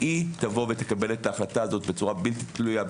היא תקבל את ההחלטה הזו בצורה בלתי תלויה,